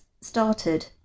started